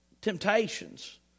temptations